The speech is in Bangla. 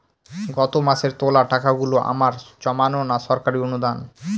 গত মাসের তোলা টাকাগুলো আমার জমানো না সরকারি অনুদান?